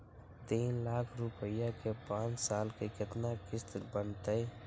तीन लाख रुपया के पाँच साल के केतना किस्त बनतै?